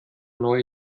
neue